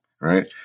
right